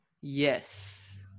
Yes